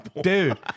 Dude